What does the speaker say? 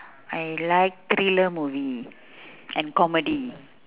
I like thriller movie and comedy